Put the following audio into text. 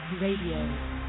Radio